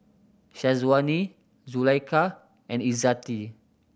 Syazwani Zulaikha and Izzati